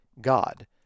god